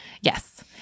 Yes